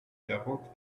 quarante